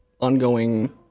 ongoing